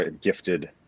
gifted